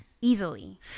Easily